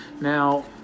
Now